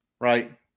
right